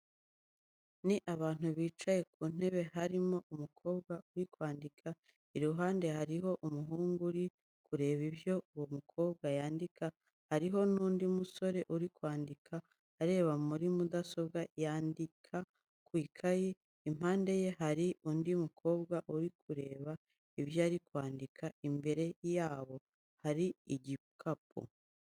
Ni abantu bicaye ku ntebe, harimo umukobwa uri kwandika, iruhande hariho umuhungu uri kureba ibyo uwo mukobwa yandika hariho n'undi musore uri kwandika areba muri mudasobwa yandika mu ikayi, impande ye hari undi mukobwa uri kureba ibyo ari kwandika imbere yabo, hari igikapu.